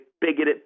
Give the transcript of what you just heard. bigoted